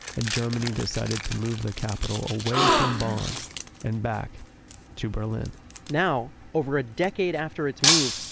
and germany decided to move the capital away from bonn and back to berlin now, over a decade after its move,